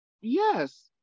Yes